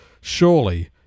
surely